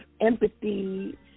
empathy